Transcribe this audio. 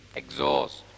exhaust